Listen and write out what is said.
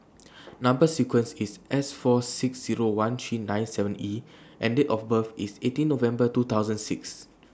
Number sequences IS S four six Zero one three nine seven E and Date of birth IS eighteen November two thousand six